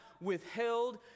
withheld